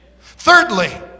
Thirdly